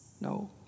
no